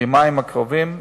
ביומיים הקרובים,